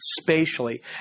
spatially